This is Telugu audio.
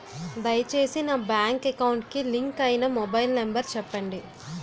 దయచేసి నా బ్యాంక్ అకౌంట్ కి లింక్ అయినా మొబైల్ నంబర్ చెప్పండి